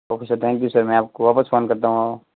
okay sir thank you sir मैं आपको वापस फ़ोन करता हूँ